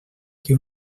que